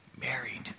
married